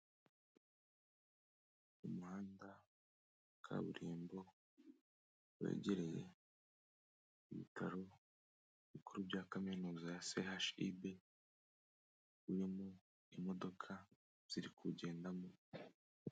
Umuhanda wa kaburimbo wegereye ibitaro bikuru bya kaminuza ya CHUB, urimo imodoka ziri kuwugendamo.